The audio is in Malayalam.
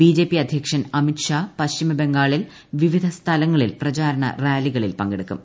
ബിജെപി അധ്യക്ഷൻ അമിത്ഷാ പശ്ചിമബംഗാളിൽ വിവിധ സ്ഥലങ്ങളിൽ പ്രചാരണ റാലികളിൽ പങ്കെടുക്കും